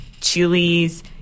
chilies